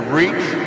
reach